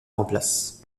remplace